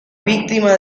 víctima